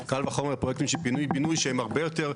קל וחומר פרויקטים של פינוי בינוי שהם הרבה יותר,